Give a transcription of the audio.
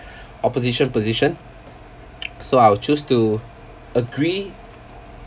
opposition position so I would choose to agree